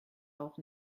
auch